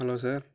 hello sir